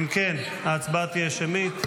אם כן, ההצבעה תהיה שמית.